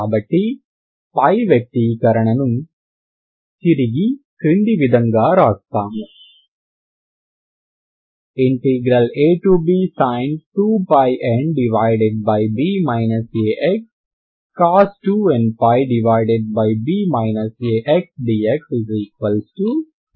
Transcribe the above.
కాబట్టి పై వ్యక్తీకరణను తిరిగి కింది విధంగా వ్రాస్తాము absin 2nπb a x